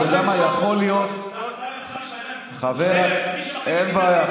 קודם כול, אין בעיה.